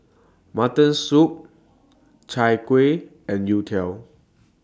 Mutton Soup Chai Kueh and Youtiao